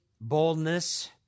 boldness